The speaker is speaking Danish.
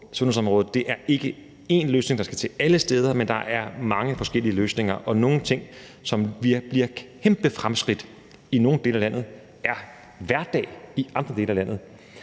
sundhedsområdet, ikke én løsning, der skal til alle steder, men mange forskellige løsninger. Og nogle ting, der bliver kæmpe fremskridt i nogle dele af landet, er hverdag i andre dele af landet,